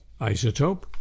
isotope